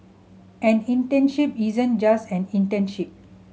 an internship isn't just an internship